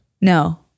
No